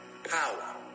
Power